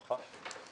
נכון.